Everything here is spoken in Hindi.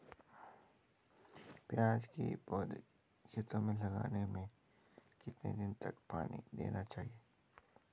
प्याज़ की पौध को खेतों में लगाने में कितने दिन तक पानी देना चाहिए?